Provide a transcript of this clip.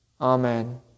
Amen